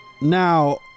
Now